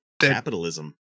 Capitalism